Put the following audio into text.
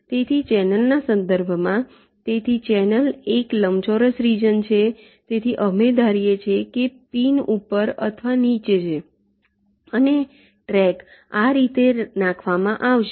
તેથી ચેનલના સંદર્ભમાં તેથી ચેનલ એક લંબચોરસ રિજન છે તેથી અમે ધારીએ છીએ કે પિન ઉપર અથવા નીચે છે અને ટ્રેક આ રીતે નાખવામાં આવશે